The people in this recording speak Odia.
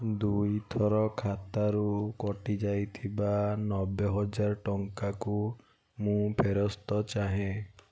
ଦୁଇଥର ଖାତାରୁ କଟିଯାଇଥିବା ନବେ ହଜାର ଟଙ୍କାକୁ ମୁଁ ଫେରସ୍ତ ଚାହେଁ